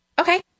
Okay